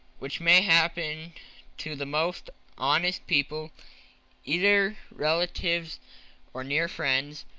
which may happen to the most honest people either relatives or near friends,